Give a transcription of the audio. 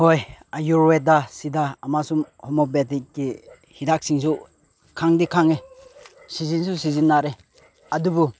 ꯍꯣꯏ ꯑꯥꯌꯨꯔꯚꯦꯗꯥ ꯁꯤꯗ ꯑꯃꯁꯨꯡ ꯍꯣꯃ꯭ꯌꯣꯄꯦꯊꯤꯀꯤ ꯍꯤꯗꯥꯛꯁꯤꯡꯁꯨ ꯈꯪꯗꯤ ꯈꯪꯉꯦ ꯁꯤꯖꯤꯟꯁꯨ ꯁꯤꯖꯤꯟꯅꯔꯦ ꯑꯗꯨꯕꯨ